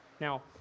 Now